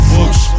Books